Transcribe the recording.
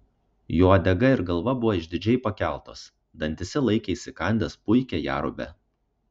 jo uodega ir galva buvo išdidžiai pakeltos dantyse laikė įsikandęs puikią jerubę